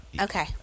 Okay